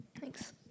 Thanks